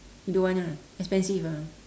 you don't want ah expensive ah